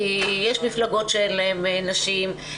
כי יש מפלגות שאין בהן נשים,